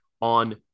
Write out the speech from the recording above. on